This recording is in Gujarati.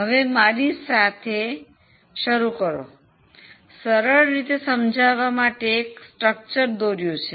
હવે મારી સાથે શરુ કરો સરળ રીતે સમજાવવા માટે એક માળખું દોર્યું છે